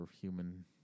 human